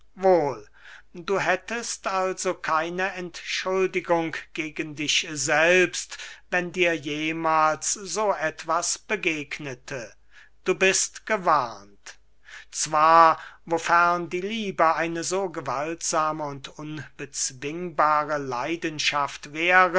wohl du hättest also keine entschuldigung gegen dich selbst wenn dir jemahls so etwas begegnete du bist gewarnt zwar wofern die liebe eine so gewaltsame und unbezwingbare leidenschaft wäre